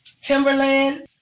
Timberland